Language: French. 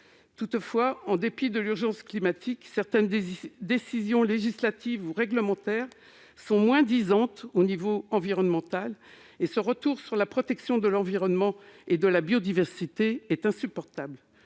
Toutefois, en dépit de l'urgence climatique, certaines décisions législatives ou réglementaires sont moins-disantes au niveau environnemental : ce retour sur la protection de l'environnement et de la biodiversité est insupportable.